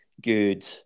good